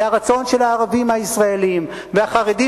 זה הרצון של הערבים הישראלים והחרדים